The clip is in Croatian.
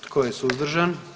Tko je suzdržan?